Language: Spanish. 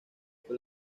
fue